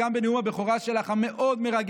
גם בנאום הבכורה שלך המאוד-מרגש,